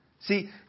See